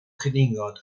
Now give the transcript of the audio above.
cwningod